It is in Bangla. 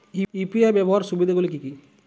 ইউ.পি.আই ব্যাবহার সুবিধাগুলি কি কি?